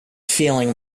feeling